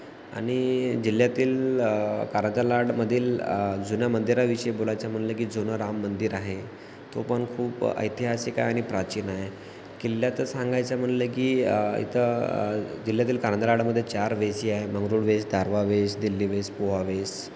आणि जिल्ह्यातील कारंजा लाडमधील जुनं मंदिराविषयी बोलायचं म्हटलं की जुनं राममंदिर आहे तो पण खूप ऐतिहासिक आहे आणि प्राचीन आहे किल्ल्यात सांगायचं म्हटलं की इतं जिल्ह्यातील कारंजा लाडमध्ये चार वेशी आहे मंगरूळ वेस धारवा वेस दिल्ली वेस पोआ वेस